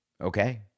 Okay